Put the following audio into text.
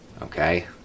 Okay